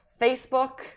Facebook